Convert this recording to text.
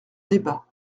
débat